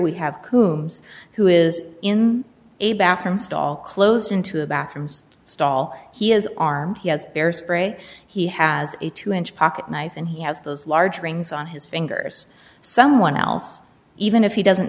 we have coombs who is in a bathroom stall closed into the bathrooms stall he is armed he has bear spray he has a two inch pocket knife and he has those large rings on his fingers someone else even if he doesn't